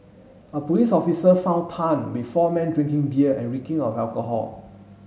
a police officer found Tan with four men drinking beer and reeking of alcohol